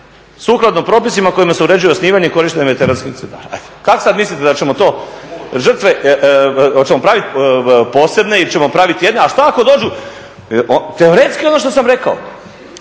sukladno propisima kojima se uređuje osnivanje i korištenje veteranskih centara", kako sada mislite da ćemo to žrtve, hoćemo praviti posebne ili ćemo praviti jedne? A šta ako dođu teoretski ono što sam rekao,